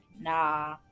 nah